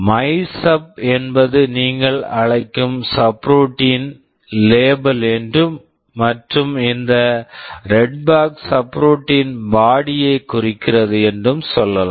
மைசப்MYSUB என்பது நீங்கள் அழைக்கும் சப்ரூட்டின் subroutine இன் லேபெல் label என்றும் மற்றும் இந்த red box red box subroutine subroutine பாடியை body -ஐக் குறிக்கிறது என்றும் சொல்லலாம்